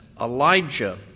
Elijah